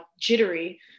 jittery